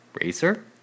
racer